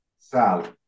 Sal